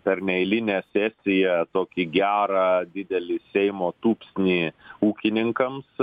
per neeilinę sesiją tokį gerą didelį seimo tūpsnį ūkininkams